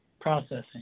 processing